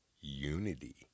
unity